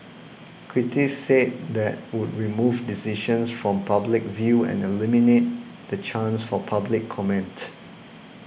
critics said that would remove decisions from public view and eliminate the chance for public comment